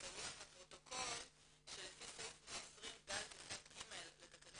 אציין לפרוטוקול שלפי סעיף 120 ד' 1 (ג) לתקנון